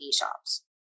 shops